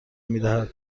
میدهد